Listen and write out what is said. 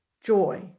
joy